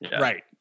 Right